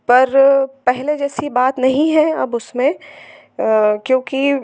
पर पहले जैसी बात नहीं है अब उसमें क्योंकि